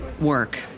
work